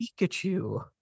Pikachu